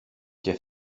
και